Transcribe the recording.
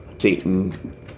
Satan